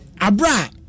Abra